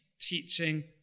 teaching